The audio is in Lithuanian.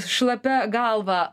šlapia galva